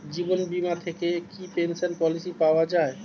জীবন বীমা থেকে কি পেনশন পলিসি পাওয়া যায়?